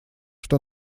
что